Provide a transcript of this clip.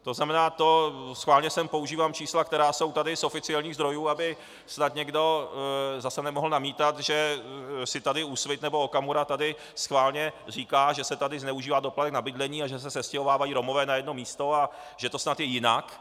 To znamená, schválně sem používám čísla, která jsou tady z oficiálních zdrojů, aby snad někdo zase nemohl namítat, že si tady Úsvit nebo Okamura tady schválně říká, že se tady zneužívá doplatek na bydlení a že se sestěhovávají Romové na jedno místo a že to snad je jinak.